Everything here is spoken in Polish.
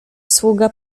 sługa